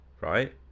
right